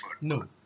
No